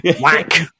whack